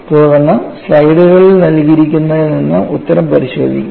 തുടർന്ന് സ്ലൈഡുകളിൽ നൽകിയിരിക്കുന്നതിൽ നിന്ന് ഉത്തരം പരിശോധിക്കുക